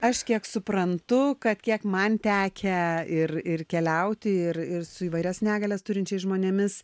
aš kiek suprantu kad kiek man tekę ir ir keliauti ir ir su įvairias negalias turinčiais žmonėmis